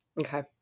Okay